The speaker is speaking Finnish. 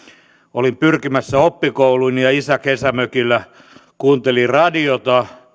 olin pyrkimässä oppikouluun ja isä kesämökillä kuunteli radiota